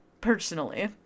personally